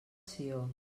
sió